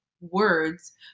words